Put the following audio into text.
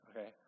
okay